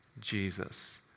Jesus